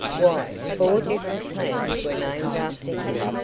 why, four different plants were named after him.